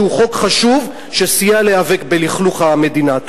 שהוא חוק חשוב שסייע להיאבק בלכלוך המדינה.